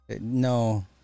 No